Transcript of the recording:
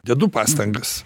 dedu pastangas